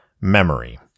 memory